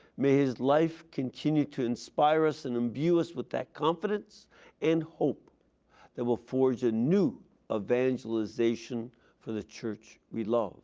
may his life continue to inspire us and imbue us with that confidence and hope that will forge a new evangelization for the church we ah